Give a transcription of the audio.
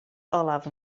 olaf